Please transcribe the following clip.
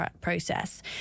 process